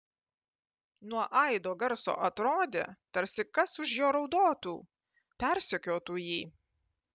nuo aido garso atrodė tarsi kas už jo raudotų persekiotų jį